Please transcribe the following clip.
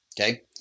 Okay